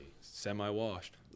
semi-washed